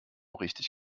richtig